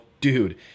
dude